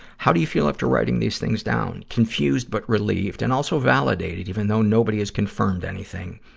how do you feel after writing these things down? confused, but relieved, and also validated, even though nobody has confirmed anything.